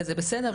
וזה בסדר,